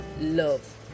love